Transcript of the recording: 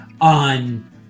on